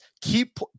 keep